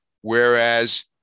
Whereas